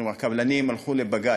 הקבלנים הלכו לבג"ץ.